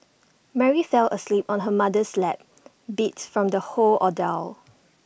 Mary fell asleep on her mother's lap beat from the whole ordeal